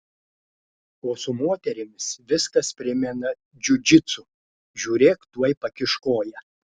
o su moterimis viskas primena džiudžitsu žiūrėk tuoj pakiš koją